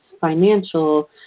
financial